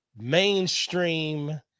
mainstream